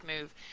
move